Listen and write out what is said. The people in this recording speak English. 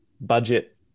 budget